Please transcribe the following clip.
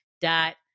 dot